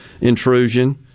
intrusion